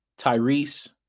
Tyrese